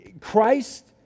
Christ